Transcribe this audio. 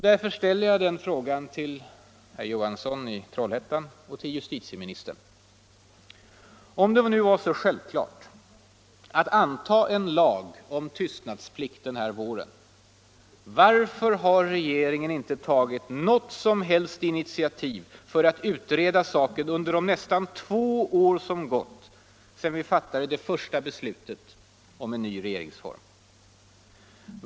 Därför ställer jag den frågan till herr Johansson i Trollhättan och till justitieministern: Om det nu var så självklart att anta en lag om tystnadsplikt denna vår, varför har regeringen inte tagit något som helst initiativ till att utreda saken under de nästan två år som gått sedan vi fattade det första beslutet om en ny regeringsform?